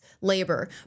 labor